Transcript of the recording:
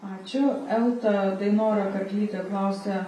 ačiū elta dainora karklytė klausia